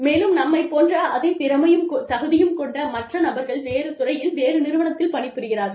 மேலும் நம்மைப் போன்ற அதே திறமையும் தகுதியும் கொண்ட மற்ற நபர்கள் வேறு துறையில் வேறு நிறுவனத்தில் பணிபுரிகிறார்கள்